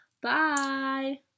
Bye